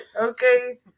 Okay